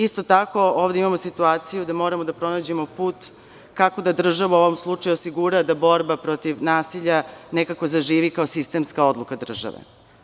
Isto tako, ovde imamo situaciju da moramo da pronađemo put kako da država u ovom slučaju osigura da borba protiv nasilja nekako zaživi kao sistemska odluka države.